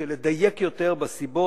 של לדייק יותר בסיבות,